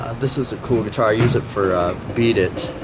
this is a cool guitar i use it for beat it